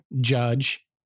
judge